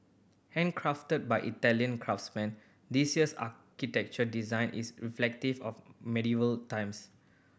handcrafted by Italian craftsmen this year's architecture design is reflective of medieval times